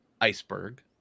Iceberg